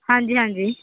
ਹਾਂਜੀ ਹਾਂਜੀ